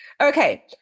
Okay